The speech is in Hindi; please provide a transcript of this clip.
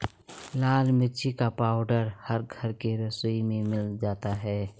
लाल मिर्च का पाउडर हर घर के रसोई में मिल जाता है